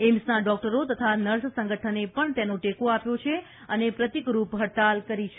એઇમ્સના ડોકટરો તથા નર્સ સંગઠને પણ તેનો ટેકો આપ્યો છે અને પ્રતિકરૂપ હડતાળ કરી છે